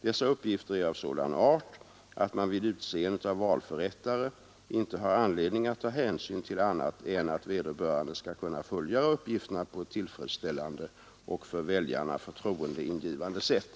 Dessa uppgifter är av sådan art att man vid utseendet av valförrättare inte har anledning att ta hänsyn till annat än att vederbörande skall kunna fullgöra uppgifterna på ett tillfredsställande och för väljarna förtroendeingivande sätt.